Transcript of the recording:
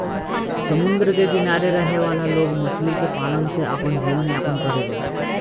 समुंद्र के किनारे रहे वाला लोग मछली के पालन से आपन जीवन यापन करेले